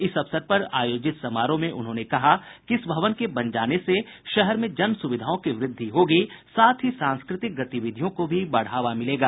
इस अवसर पर आयोजित समारोह में उन्होंने कहा कि इस भवन के बन जाने से शहर में जन सुविधाओं की वृद्धि होगी साथ ही सांस्कृतिक गतिविधियों को भी बढ़ावा मिलेगा